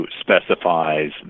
specifies